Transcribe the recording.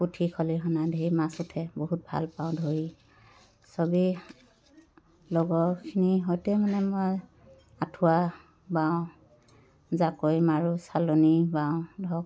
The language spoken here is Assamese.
পুঠি খলিহনা ঢেৰ মাছ উঠে বহুত ভাল পাওঁ ধৰি চবেই লগৰখিনিৰ সৈতে মানে মই আঁঠুৱা বাওঁ জাকৈ মাৰোঁ চালনী বাওঁ ধৰক